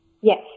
Yes